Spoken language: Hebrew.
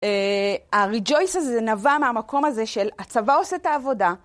ה-rejoice הזה נבע מהמקום הזה של הצבא עושה את העבודה.